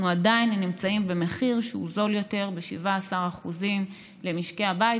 אנחנו עדיין נמצאים במחיר שהוא זול יותר ב-17% למשקי הבית,